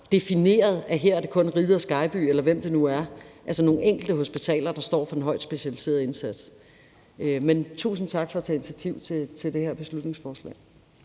defineret, at på nogle områder er det Riget og Skejby, altså nogle enkelte hospitaler, der står for den højt specialiserede indsats, men tusind tak for at tage initiativ til det her beslutningsforslag.